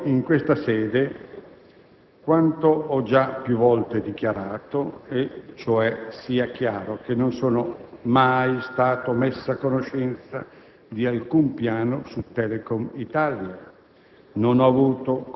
Ribadisco in questa sede quanto ho già più volte dichiarato: sia chiaro, non sono stato mai messo a conoscenza di alcun piano su Telecom Italia;